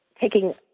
taking